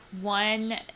one